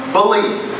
believe